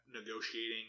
negotiating